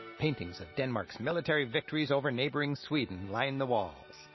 paintings of denmark's military victories over neighboring sweden line the walls,